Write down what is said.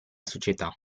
società